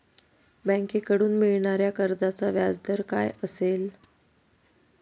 बँकेकडून मिळणाऱ्या कर्जाचा व्याजदर काय असेल?